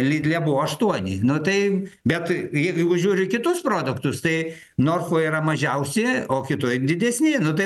lidle buvo aštuoni nu tai bet jeigu jeigu žiūri į kitus produktus tai norfoj yra mažiausi o kitoj didesni nu tai